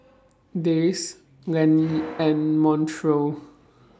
Dayse Lenny and Montrell